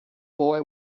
boy